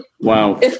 Wow